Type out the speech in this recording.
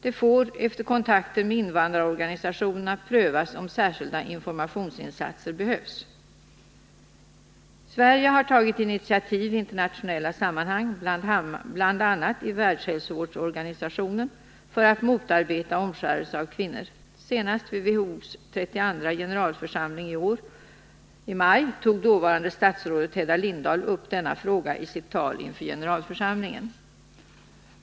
Det får, efter kontakter 149 med invandrarorganisationerna, prövas om särskilda informationsinsatser behövs. Sverige har tagit initiativ i internationella sammanhang, bl.a. i Världshälsoorganisationen , för att motarbeta omskärelse av kvinnor. Senast vid WHO:s 32:a generalförsamling i maj i år tog dåvarande statsrådet Hedda Lindahl upp denna fråga i sitt tal inför generalförsamlingen.